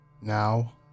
Now